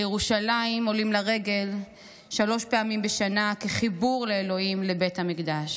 לירושלים עולים לרגל שלוש פעמים בשנה כחיבור לאלוהים ולבית המקדש.